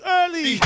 early